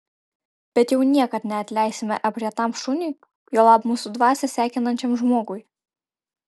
bet jau niekad neatleisime aprietam šuniui juolab mūsų dvasią sekinančiam žmogui